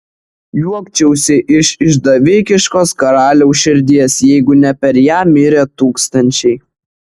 juokčiausi iš išdavikiškos karaliaus širdies jeigu ne per ją mirę tūkstančiai